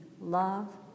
Love